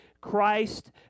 Christ